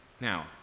Now